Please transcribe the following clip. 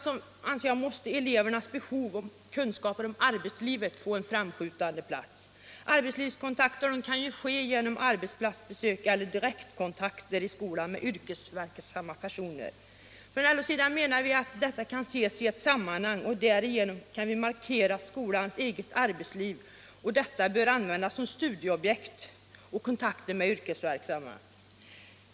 I SIA-skolan måste elevernas behov av kunskaper om arbetslivet få en framskjuten plats. Arbetslivskontakter kan ske genom arbetsplatsbesök eller genom direktkontakter i skolan med yrkesverksamma personer. Från LO-sidan menar vi att detta kan ses i ett sammanhang och att man därigenom kan markera skolans eget arbetsliv. Det bör användas som studieobjekt på samma sätt som man använder kontakter med yrkesverksamma.